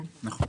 נכון.